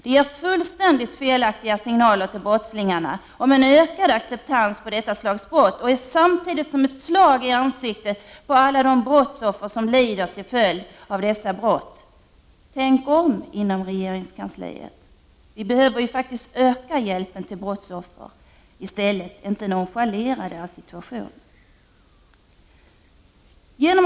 Det ger fullständigt felaktiga signaler till brottslingarna om en ökad acceptans av detta slags brott och är samtidigt som ett slag i ansiktet på alla de brottsoffer som lider till följd av dessa brott. Tänk om inom regeringskansliet! Vi behöver faktiskt öka hjälpen till brottsoffren i stället, inte nonchalera deras situation.